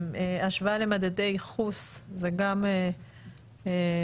השוואה למדדי ייחוס זה גם נושא.